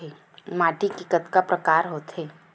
माटी के कतका प्रकार होथे?